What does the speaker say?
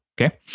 okay